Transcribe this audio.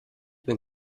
bin